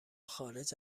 خارج